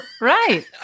Right